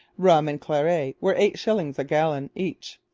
rum and claret were eight shillings a gallon each,